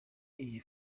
iyi